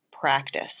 practice